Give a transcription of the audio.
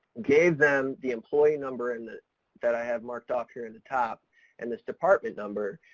gave them the employee number and that i have marked off here at the top and this department number,